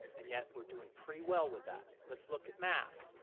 and yet, we're doing pretty well with that. let's look at math.